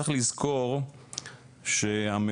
צריך לזכור שהמפיק,